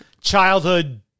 childhood